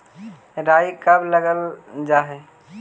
राई कब लगावल जाई?